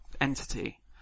entity